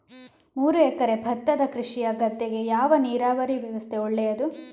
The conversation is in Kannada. ಮೂರು ಎಕರೆ ಭತ್ತದ ಕೃಷಿಯ ಗದ್ದೆಗೆ ಯಾವ ನೀರಾವರಿ ವ್ಯವಸ್ಥೆ ಒಳ್ಳೆಯದು?